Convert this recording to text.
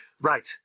Right